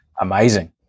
amazing